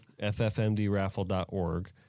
ffmdraffle.org